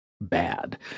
bad